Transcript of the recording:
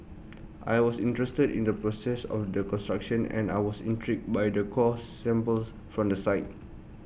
I was interested in the process of the construction and I was intrigued by the core samples from the site